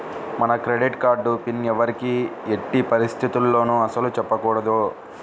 మన credit card PIN ఎవ్వరికీ ఎట్టి పరిస్థితుల్లోనూ అస్సలు చెప్పకూడదు